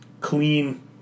clean